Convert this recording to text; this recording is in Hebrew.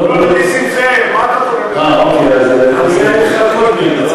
נסים זאב, מה אתה, עניי עירך קודמים.